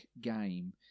game